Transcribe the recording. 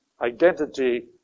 identity